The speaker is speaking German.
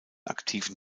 aktiven